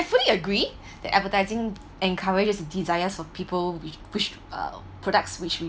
I fully agree that advertising encourages desires of people with pushed uh products which we